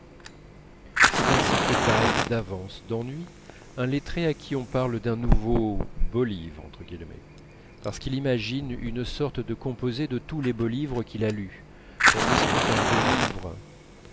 c'est ainsi que bâille d'avance d'ennui un lettré à qui on parle d'un nouveau beau livre parce qu'il imagine une sorte de composé de tous les beaux livres qu'il a lus tandis qu'un beau livre